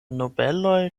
nobeloj